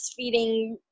breastfeeding